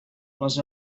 les